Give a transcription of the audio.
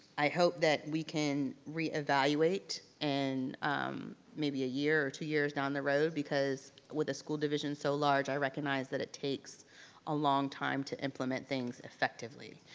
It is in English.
i hope that we can reevaluate in and maybe a year or two years down the road, because with a school division so large i recognize that it takes a long time to implement things effectively.